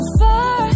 far